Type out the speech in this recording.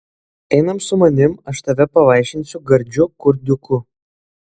einam su manim aš tave pavaišinsiu gardžiu kurdiuku